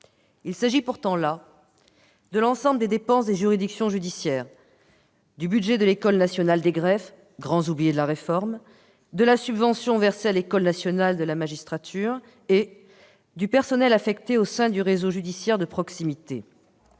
Il recouvre pourtant l'ensemble des dépenses des juridictions judiciaires, le budget de l'École nationale des greffes- les greffiers sont les grands oubliés de la réforme -, la subvention versée à l'École nationale de la magistrature et le personnel affecté au sein du réseau judiciaire de proximité